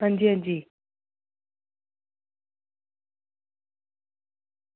हां जी हां जी